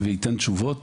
וייתן תשובות